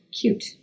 cute